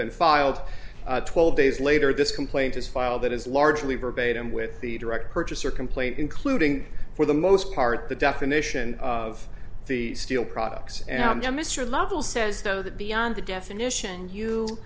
been filed twelve days later this complaint is filed that is largely verbatim with the direct purchaser complaint including for the most part the definition of the steel products am to mr lovell says though that beyond the definition you